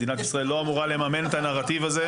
מדינת ישראל לא רוצה ולא אמורה לממן את הנרטיב הזה.